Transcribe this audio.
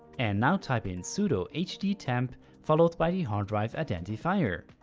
and now type in sudo hddtemp followed by the hard drive identifier.